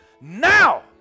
now